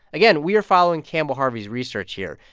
again, we are following campbell harvey's research here.